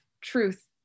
truth